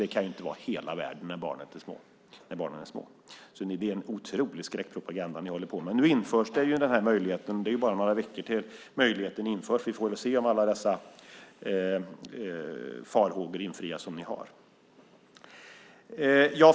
Det kan väl inte vara hela världen när barnen är små. Det är en otrolig skräckpropaganda som ni håller på med. Det är bara några veckor tills den här möjligheten införs. Vi får väl se om alla era farhågor besannas.